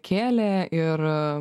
kėlė ir